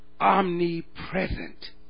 omnipresent